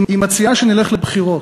היא מציעה שנלך לבחירות.